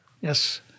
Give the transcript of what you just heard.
Yes